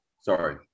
Sorry